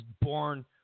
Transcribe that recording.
born